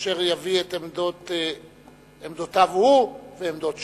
אשר יביא את עמדותיו ועמדות ש"ס.